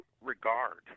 regard